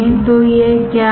तो यह क्या है